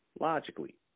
logically